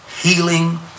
healing